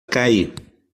cair